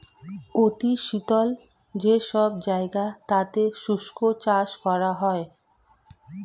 অতি শীতল যে সব জায়গা তাতে শুষ্ক চাষ করা হয়